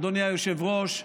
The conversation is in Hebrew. אדוני היושב-ראש,